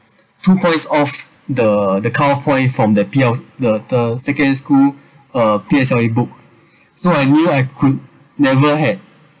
two points off the the count of point from the P_L the the secondary school uh P_S_L_E book so I knew I could never had